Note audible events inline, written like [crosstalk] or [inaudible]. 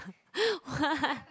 [laughs] what